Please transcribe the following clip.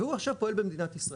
והוא עכשיו פועל במדינת ישראל.